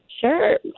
Sure